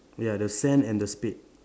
ya the sand and the spade